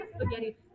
spaghetti